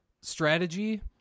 strategy